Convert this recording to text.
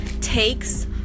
takes